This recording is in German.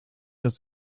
das